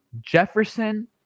Jefferson